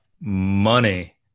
money